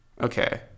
Okay